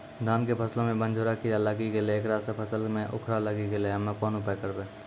धान के फसलो मे बनझोरा कीड़ा लागी गैलै ऐकरा से फसल मे उखरा लागी गैलै हम्मे कोन उपाय करबै?